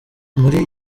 muri